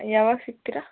ಯಾವಾಗ ಸಿಕ್ತೀರಾ